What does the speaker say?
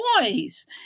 toys